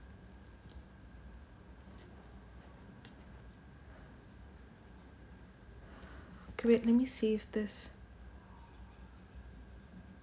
okay wait let me see if this